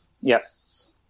Yes